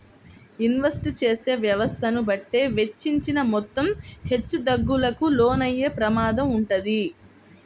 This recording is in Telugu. ఇన్వెస్ట్ చేసే వ్యవస్థను బట్టే వెచ్చించిన మొత్తం హెచ్చుతగ్గులకు లోనయ్యే ప్రమాదం వుంటది